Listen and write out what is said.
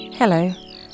Hello